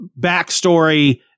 backstory